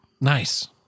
Nice